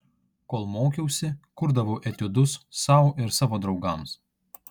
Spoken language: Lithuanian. kol mokiausi kurdavau etiudus sau ir savo draugams